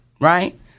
right